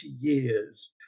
years